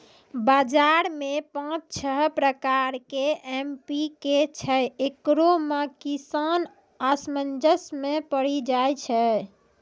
बाजार मे पाँच छह प्रकार के एम.पी.के छैय, इकरो मे किसान असमंजस मे पड़ी जाय छैय?